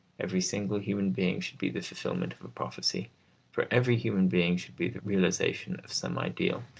every single human being should be the fulfilment of a prophecy for every human being should be the realisation of some ideal,